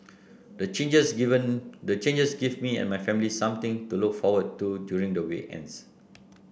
the changes given the changes give me and my family something to look forward to during the weekends